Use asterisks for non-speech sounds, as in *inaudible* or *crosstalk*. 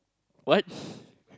what *breath*